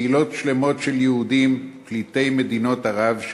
קהילות שלמות של יהודים פליטי מדינות ערב,